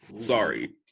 Sorry